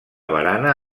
barana